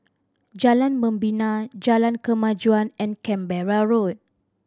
Jalan Membina Jalan Kemajuan and Canberra Road